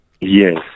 Yes